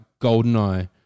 GoldenEye